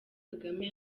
kagame